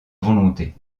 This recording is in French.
volonté